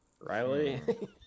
Riley